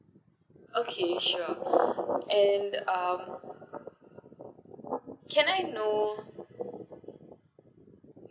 okay sure and um can I know